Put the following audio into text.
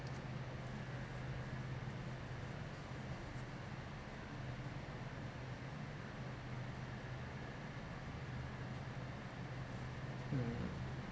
mm